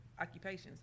occupations